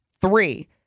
three